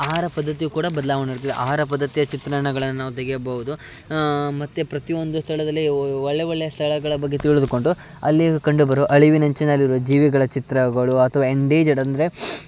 ಆಹಾರ ಪದ್ದತಿಯು ಕೂಡ ಬದಲಾವಣೆ ಇರುತ್ತದೆ ಆಹಾರ ಪದ್ದತಿಯ ಚಿತ್ರಣಗಳನ್ನು ನಾವು ತೆಗೆಯಬೌದು ಮತ್ತು ಪ್ರತಿಯೊಂದು ಸ್ಥಳದಲ್ಲಿ ಒಳ್ಳೆಯ ಒಳ್ಳೆಯ ಸ್ಥಳಗಳ ಬಗ್ಗೆ ತಿಳಿದುಕೊಂಡು ಅಲ್ಲಿ ಕಂಡು ಬರುವ ಅಳಿವಿನಂಚಿನಲ್ಲಿರುವ ಜೀವಿಗಳ ಚಿತ್ರಗಳು ಅಥ್ವಾ ಎಂಡೇಜಡ್ ಅಂದರೆ